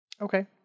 Okay